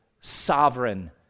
Sovereign